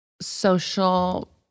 social